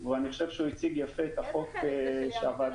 ששינסקי הציג יפה את החוק של הוועדה